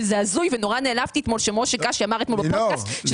וזה הזוי ונורא נעלבתי אתמול כשמשה קאשי אמר אתמול שאין